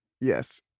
Yes